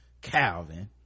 Calvin